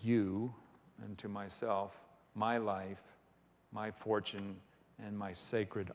you and to myself my life my fortune and my sacred